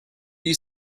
you